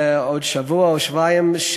בעוד שבוע או שבועיים,